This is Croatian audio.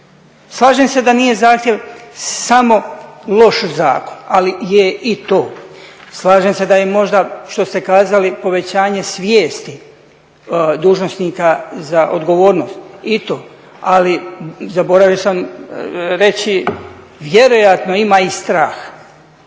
Slažem se da nije zahtjev samo loš zakon, ali je i to. Slažem se da je možda što ste kazali povećanje svijesti dužnosnika za odgovornost, i to, ali zaboravio sam reći, vjerojatno ima i strah.